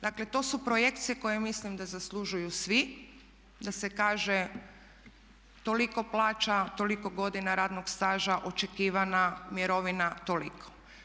Dakle to su projekcije koje mislim da zaslužuju svi, da se kaže toliko plaća, toliko godina radnog staža očekivana mirovina toliko.